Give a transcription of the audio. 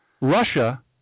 Russia